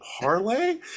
parlay